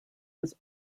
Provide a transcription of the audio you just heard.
was